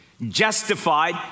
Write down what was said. justified